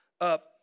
up